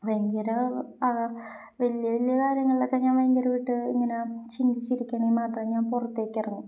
ഭയങ്കരം വലിയ വലിയ കാര്യങ്ങളിലൊക്കെ ഞാൻ ഭയങ്കരമായിട്ട് ഇങ്ങനെ ചിന്തിച്ചിരിക്കണമെങ്കില് മാത്രമേ ഞാൻ പുറത്തേക്കിറങ്ങൂ